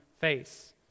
face